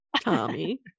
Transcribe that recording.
tommy